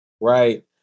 right